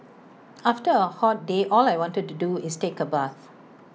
after A hot day all I want to do is take A bath